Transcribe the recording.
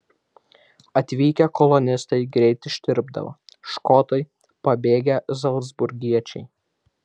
atvykę kolonistai greit ištirpdavo škotai pabėgę zalcburgiečiai